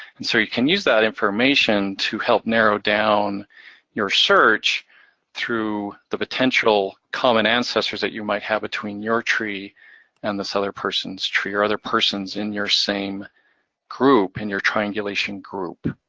and so you can use that information to help narrow down your search through the potential common ancestors that you might have between your tree and this other person's tree, or other persons in your same group, in your triangulation group.